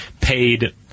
paid